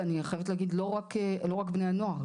אני חייבת להגיד - לא רק בני הנוער,